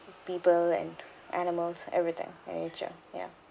people and animals everything nature ya